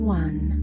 one